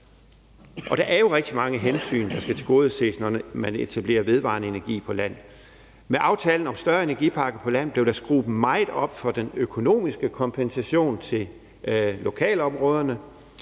Der er jo rigtig mange hensyn, der skal tilgodeses, når man etablerer vedvarende energi på land. Med aftalen om større energiparker på land blev der skruet meget op for den økonomiske kompensation til lokalområderne,